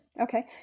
Okay